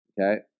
Okay